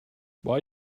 why